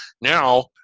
Now